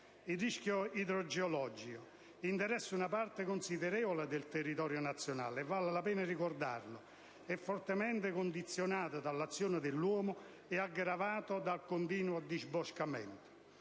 Il rischio idrogeologico interessa una parte considerevole del territorio nazionale e, vale la pena ricordarlo, è fortemente condizionato anche dall'azione dell'uomo e aggravato dal continuo disboscamento.